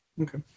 Okay